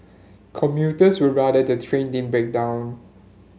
commuters would rather the train din break down